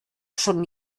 schon